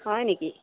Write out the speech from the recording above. হয় নেকি